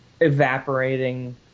evaporating